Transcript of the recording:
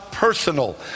Personal